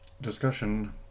Discussion